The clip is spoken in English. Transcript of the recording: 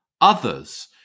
others